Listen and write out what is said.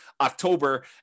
October